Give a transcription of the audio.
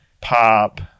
pop